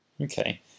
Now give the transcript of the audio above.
Okay